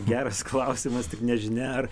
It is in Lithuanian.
geras klausimas tik nežinia ar